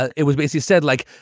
ah it was basically said like,